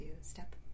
step